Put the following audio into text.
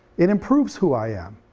it improves who i am,